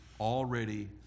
already